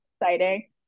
exciting